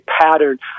pattern